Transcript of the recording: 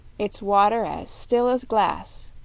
its water as still as glass.